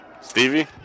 Stevie